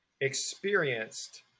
experienced